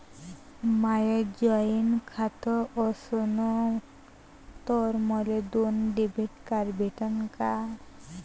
माय joint खातं असन तर मले दोन डेबिट कार्ड भेटन का?